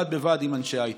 בד בבד עם אנשי הייטק.